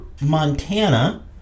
Montana